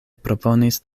proponis